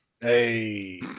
Hey